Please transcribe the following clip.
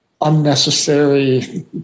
unnecessary